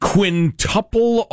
Quintuple